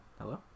Hello